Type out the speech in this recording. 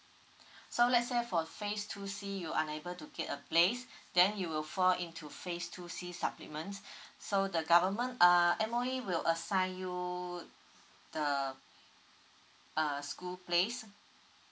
so let's say for phase two C you unable to get a place then you will fall into phase two C supplements so the government ah M_O_E will assign you the a school place